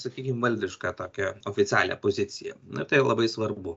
sakykim valdišką tokią oficialią poziciją na tai yra labai svarbu